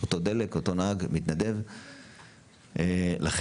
אותו דלק, אותו נהג, אותו מתנדב.